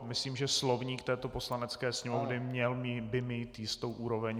Myslím, že slovník této Poslanecké sněmovny by měl mít jistou úroveň.